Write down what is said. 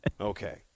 Okay